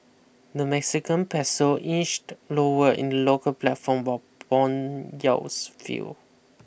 the Mexican peso inched lower in the local platform while bond yields fell